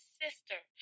sister